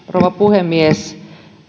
rouva puhemies